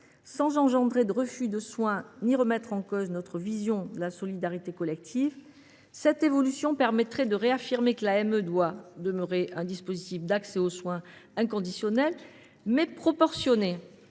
Sans engendrer de refus de soins ni remettre en cause notre vision de la solidarité collective, cette évolution réaffirmerait que l’AME doit demeurer un dispositif d’accès aux soins inconditionnel, mais proportionné.